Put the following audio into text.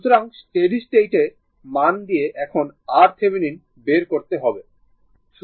সুতরাং steady state মান দিয়ে এখন RThevenin বের করবো